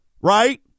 right